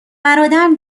برادرم